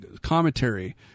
Commentary